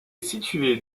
située